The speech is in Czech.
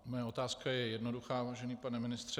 Moje otázka je jednoduchá, vážený pane ministře.